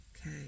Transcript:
Okay